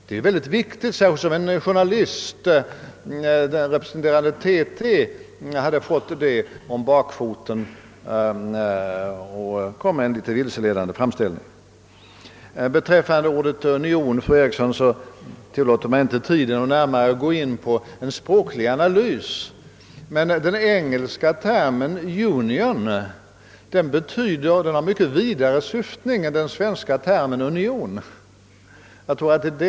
Detta är mycket viktigt, särskilt som en journalist från TT fått detta om bakfoten och gjort en något vilseledande framställning av det. Beträffande ordet union tillåter mig inte tiden, fru Eriksson, att gå in på en noggrann språklig analys. Den engelska termen »union» har emellertid en mycket vidare syftning än den svenska termen union. Jag tror att det är bla.